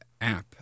app